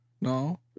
No